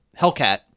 Hellcat